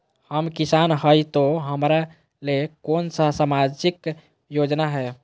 हम किसान हई तो हमरा ले कोन सा सामाजिक योजना है?